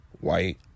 white